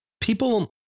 people